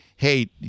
hey